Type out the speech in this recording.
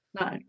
No